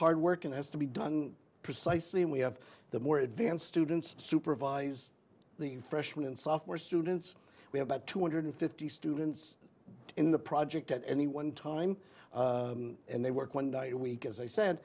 hard work it has to be done precisely and we have the more advanced students supervise the freshman and sophomore students we have about two hundred fifty students in the project at any one time and they work one day a week as i s